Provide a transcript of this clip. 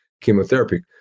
chemotherapy